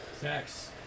Sex